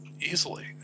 easily